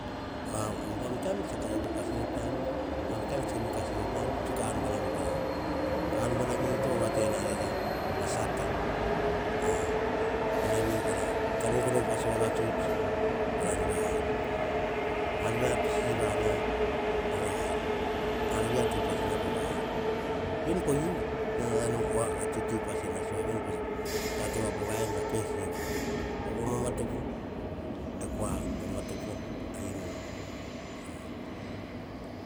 umbam taim tse kauvo kasene pean, umbam taim tse kasene pean, tsuk a ar buanavi kora. Ka ar buanavi to va vate na para a sata, mana vi kora. Taim no gono upas o vavatsuts voro va en. Ar via to siva na, po va en, ar no te pe upas po va en. Ven po u nana nom koa a teti upas e na sua ven pa tati va pova en na pe siva. Po vo mama topo e kua, mama topo a inu.